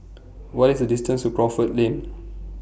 What IS The distance to Crawford Lane